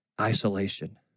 Isolation